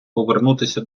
повернутися